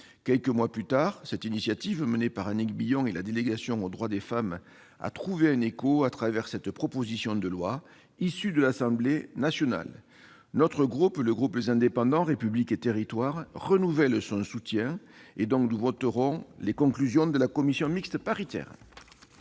Quelques mois plus tard, cette initiative menée par Annick Billon et la délégation aux droits des femmes a trouvé un écho à travers cette proposition de loi issue de l'Assemblée nationale. Le groupe Les Indépendants - République et territoires renouvelle son soutien : nous voterons les conclusions de la commission mixte paritaire.